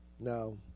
No